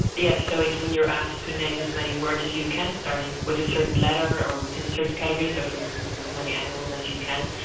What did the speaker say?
yes, so when you're asked to name as many words as you can starting with a certain letter, or within a certain category, so for instance as many animals as you can,